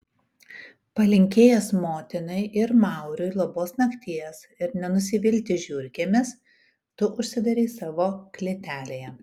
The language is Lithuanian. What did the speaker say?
palinkėjęs motinai ir mauriui labos nakties ir nenusivilti žiurkėmis tu užsidarei savo klėtelėje